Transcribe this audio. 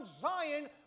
Zion